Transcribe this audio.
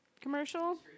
commercial